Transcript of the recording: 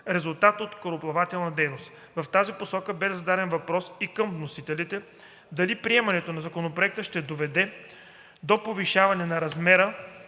резултат от корабоплавателна дейност. В тази посока бе зададен и въпрос към вносителите дали приемането на Законопроекта ще доведе до повишаване на размера